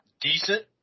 decent